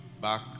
back